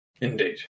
Indeed